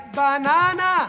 banana